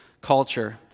culture